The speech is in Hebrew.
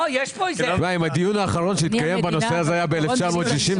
אם הדיון האחרון בנושא הזה התקיים ב-1960,